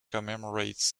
commemorates